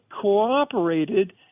cooperated